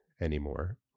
anymore